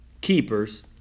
keepers